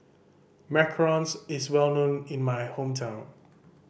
macarons is well known in my hometown